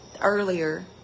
earlier